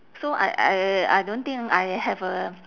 so I I I don't think I have a